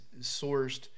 sourced